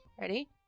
Ready